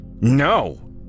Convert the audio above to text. No